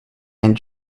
and